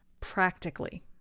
Practically